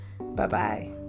Bye-bye